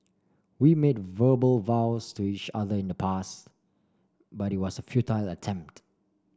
we made verbal vows to each other in the past but it was a futile attempt